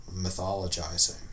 mythologizing